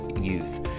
youth